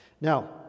Now